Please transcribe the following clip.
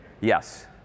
Yes